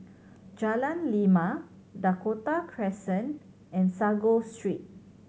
Jalan Lima Dakota Crescent and Sago Street